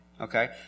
Okay